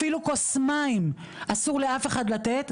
אפילו כוס מים אסור לאף אחד לתת,